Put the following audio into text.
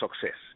success